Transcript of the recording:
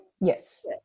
yes